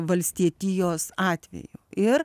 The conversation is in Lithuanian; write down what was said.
valstietijos atveju ir